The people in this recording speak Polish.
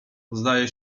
zdaje